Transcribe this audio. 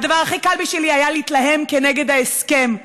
הדבר הכי קל בשבילי היה להתלהם נגד ההסכם.